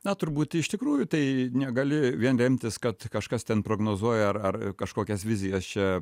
na turbūt iš tikrųjų tai negali vien remtis kad kažkas ten prognozuoja ar kažkokias vizijas čia